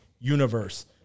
universe